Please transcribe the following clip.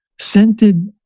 scented